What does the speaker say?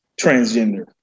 transgender